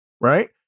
Right